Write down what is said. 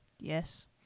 yes